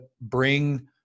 bring